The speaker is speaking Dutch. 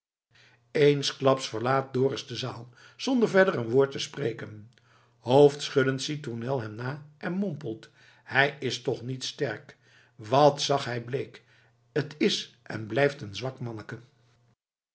eensklaps verlaat dorus de zaal zonder verder een woord te spreken hoofdschuddend ziet tournel hem na en mompelt hij is toch niet sterk wat zag hij bleek t is en blijft een zwak manneke